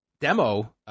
demo